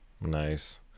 Nice